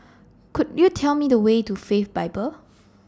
Could YOU Tell Me The Way to Faith Bible